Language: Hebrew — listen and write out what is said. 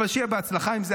אבל שיהיה בהצלחה עם זה,